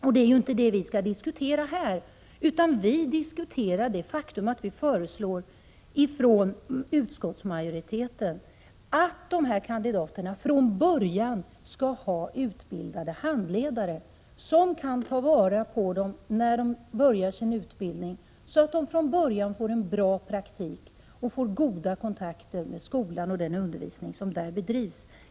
Men det är inte det vi skall diskutera här, utan vi diskuterar det faktum att utskottsmajoriteten föreslår att de här kandidaterna skall ha utbildade handledare som kan ta vara på dem när de börjar sin utbildning så att de får en bra praktik och får goda kontakter med skolan och den undervisning som där bedrivs.